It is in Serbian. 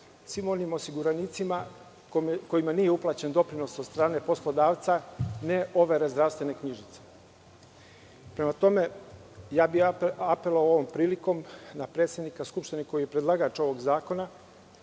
svim onim osiguranicima kojima nije uplaćen doprinos od strane poslodavca ne overe zdravstvene knjižice. Prema tome, apelovao bih ovom prilikom na predsednika Skupštine, koji je predlagač ovog zakona,